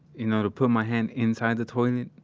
you know, to put my hand inside the toilet,